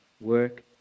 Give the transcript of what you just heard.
work